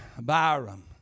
Byron